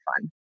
fun